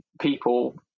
people